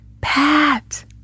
Pat